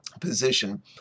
position